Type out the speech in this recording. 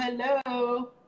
hello